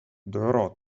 dovrò